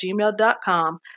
gmail.com